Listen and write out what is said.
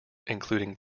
including